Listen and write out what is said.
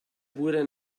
wurde